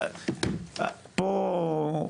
פה,